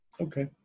Okay